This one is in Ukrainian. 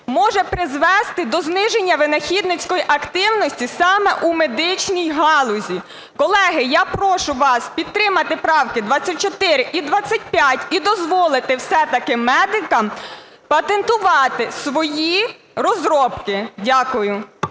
може призвести до зниження винахідницької активності саме у медичній галузі. Колеги, я прошу вас підтримати правки 24 і 25 і дозволити все-таки медикам патентувати свої розробки. Дякую.